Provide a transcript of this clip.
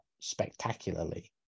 spectacularly